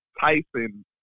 Tyson